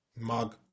Mug